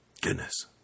Goodness